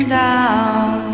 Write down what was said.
down